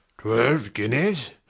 twelve guineas!